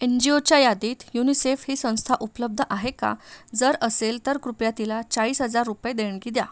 N G ओच्या यादीत UNICEF ही संस्था उपलब्ध आहे का जर असेल तर कृपया तिला चाळीस हजार रुपये देणगी द्या